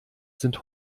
sind